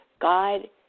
God